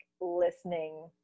listening